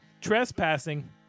Trespassing